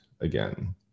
again